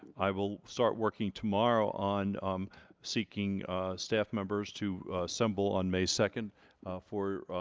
i will start working tomorrow on seeking staff members to assemble on may second for